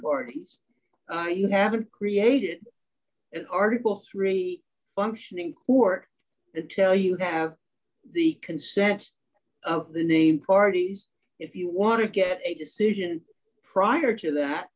parties i haven't created an article three functioning court that tell you have the consent of the named parties if you want to get a decision prior to that